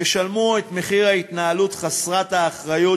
ישלמו את מחיר ההתנהלות חסרת האחריות